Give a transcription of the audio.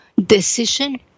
decision